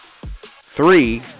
three